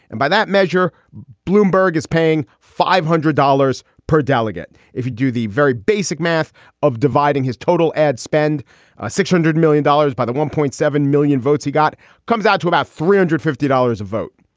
and by that measure, bloomberg is paying five hundred dollars per delegate. if you do the very basic math of dividing his total ad spend six hundred million dollars by the one point seven million votes he got comes out to about three hundred and fifty dollars a vote.